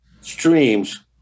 streams